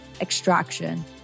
extraction